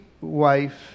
wife